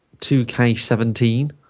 2k17